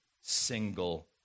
single